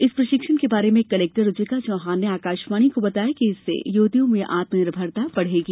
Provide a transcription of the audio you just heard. इस प्रशिक्षण के बारे में कलेक्टर रुचिका चौहान ने आकाशवाणी को बताया कि इससे युवतियों में आत्मनिर्भरता बढ़ेगी